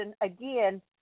again